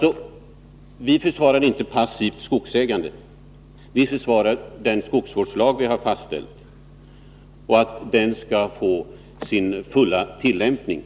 Vi försvarar alltså inte passivt skogsägande. Vi försvarar den skogsvårdslag som vi har stiftat och vill att den skall få sin fulla tillämpning.